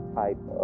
type